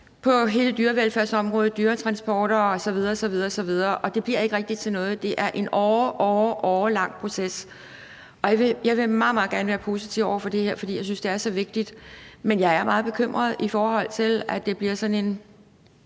på hele dyrevelfærdsområdet, dyretransporter osv. osv. Det bliver ikke rigtig til noget. Det er en åreårelang proces. Jeg vil meget, meget gerne være positiv over for det her, fordi jeg synes, det er så vigtigt, men jeg er meget bekymret, i forhold til at det bliver sådan en